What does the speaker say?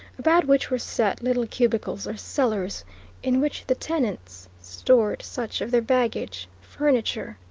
about which were set little cubicles or cellars in which the tenants stored such of their baggage, furniture,